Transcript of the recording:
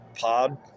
pod